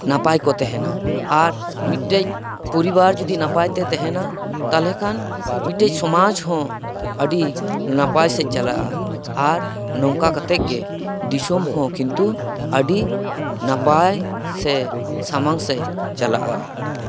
ᱱᱟᱯᱟᱭ ᱠᱚ ᱛᱟᱦᱮᱸᱱᱟ ᱟᱨ ᱢᱤᱫᱴᱮᱱ ᱯᱚᱨᱤᱵᱟᱨ ᱡᱩᱫᱤ ᱱᱟᱯᱟᱭ ᱛᱮ ᱛᱟᱦᱮᱸᱱᱟ ᱛᱟᱦᱚᱞᱮ ᱠᱷᱟᱱ ᱢᱤᱫᱴᱮᱱ ᱥᱚᱢᱟᱡᱽ ᱦᱚᱸ ᱟᱹᱰᱤ ᱱᱟᱯᱟᱭ ᱥᱮᱫ ᱪᱟᱞᱟᱜᱼᱟ ᱟᱨ ᱱᱚᱝᱠᱟ ᱠᱟᱛᱮᱫ ᱜᱮ ᱫᱤᱥᱚᱢ ᱦᱚᱸ ᱠᱤᱱᱛᱩ ᱟᱹᱰᱤ ᱱᱟᱯᱟᱭ ᱥᱮ ᱥᱟᱢᱟᱝ ᱥᱮᱫ ᱪᱟᱞᱟᱜᱼᱟ